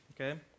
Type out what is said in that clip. okay